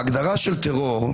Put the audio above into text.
ההגדרה של טרור,